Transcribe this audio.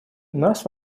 нас